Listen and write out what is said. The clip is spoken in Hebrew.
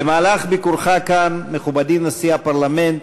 במהלך ביקורך כאן, מכובדי נשיא הפרלמנט,